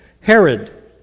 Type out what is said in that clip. Herod